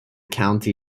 county